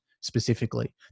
specifically